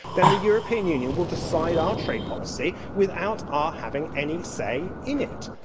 then the european union will decide our trade policy without our having any say in it.